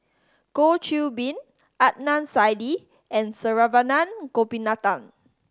Goh Qiu Bin Adnan Saidi and Saravanan Gopinathan